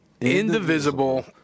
indivisible